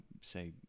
say